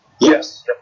Yes